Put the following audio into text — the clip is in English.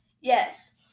Yes